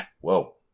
Whoa